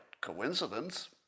coincidence